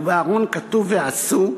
ובארון כתוב "ועשוּ",